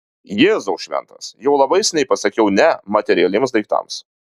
jėzau šventas jau labai seniai pasakiau ne materialiems daiktams